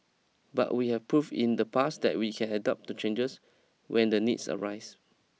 but we have prove in the past that we can adopt to changes when the needs arise